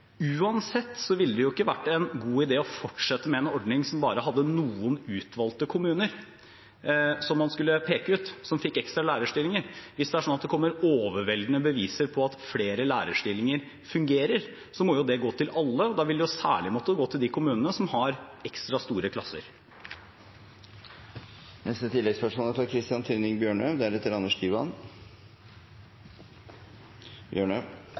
ville det ikke vært en god idé å fortsette med en ordning som bare hadde noen utvalgte kommuner som man skulle peke ut, og som fikk ekstra lærerstillinger. Hvis det kommer overveldende beviser på at flere lærerstillinger fungerer, må det gå til alle, og det vil særlig måtte gå til de kommunene som har ekstra store klasser. Christian Tynning Bjørnø – til oppfølgingsspørsmål. Det er